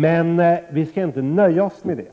Men vi skall inte nöja oss med det.